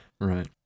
right